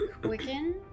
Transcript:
Quicken